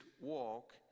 walk